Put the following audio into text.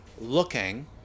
looking